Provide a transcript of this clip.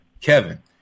Kevin